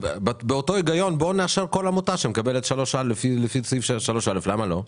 באותו היגיון אז בואו נאשר כל עמותה שמקבלת לפי סעיף 3א. למה לא?